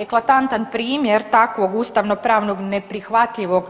Eklatantan primjer takvog ustavno-pravnog neprihvatljivog